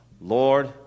Lord